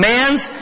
Man's